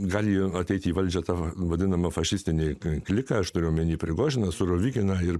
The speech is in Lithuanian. gali ateiti į valdžią tavo vadinama fašistine klika aš turiu omeny prigožiną surovikiną ir